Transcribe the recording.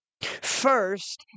First